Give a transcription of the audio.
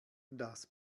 das